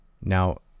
now